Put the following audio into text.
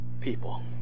people